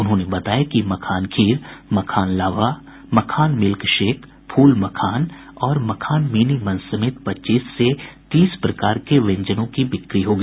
उन्होंने बताया कि मखान खीर मखान लावा मखान मिल्कशेक फूल मखान और मखान मिनी मंच समेत पच्चीस से तीस प्रकार के व्यंजनों की बिक्री होगी